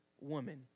woman